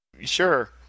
Sure